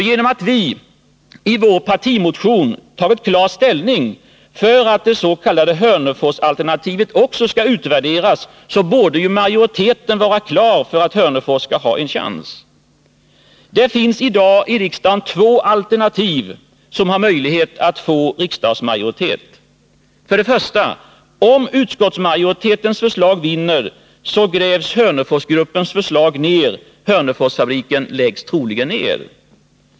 Genom att vi i vår partimotion tagit klar ställning för att det s.k. Hörneforsalternativet också skall utvärderas borde majoriteten för att Hörnefors skall ha en chans vara klar. Det finns i dag två alternativ, som har möjlighet att få riksdagsmajoritet. För det första, om utskottsmajoritetens förslag vinner, så grävs Hörneforsgruppens förslag ner. Hörneforsfabriken läggs ned.